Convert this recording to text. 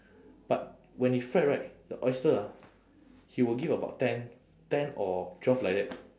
but when he fry right the oyster ah he will give about ten ten or twelve like that